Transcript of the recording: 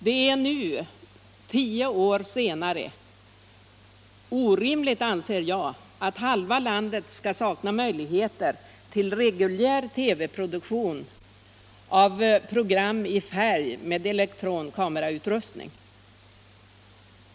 Jag anser att det är orimligt att halva landet nu — tio år senare — saknar möjligheter till reguljär TV-produktion av program i färg med elektronkamerautrustning.